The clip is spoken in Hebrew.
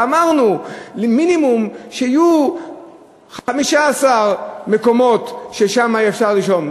אמרנו שיהיו 15 מקומות שבהם אפשר לרשום,